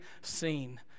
seen